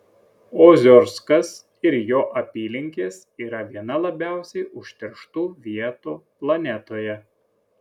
oziorskas ir jo apylinkės yra viena labiausiai užterštų vietų planetoje